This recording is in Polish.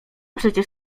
przecież